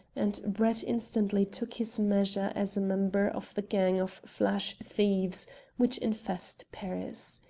and brett instantly took his measure as a member of the gang of flash thieves which infest paris.